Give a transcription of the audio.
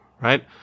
right